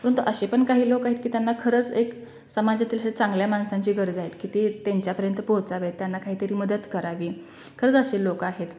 परंतु असे पण काही लोक आहेत की त्यांना खरंच एक समाजातील असे चांगल्या माणसांची गरज आहेत की ते त्यांच्यापर्यंत पोहोचावेत त्यांना काहीतरी मदत करावी खरंच असे लोक आहेत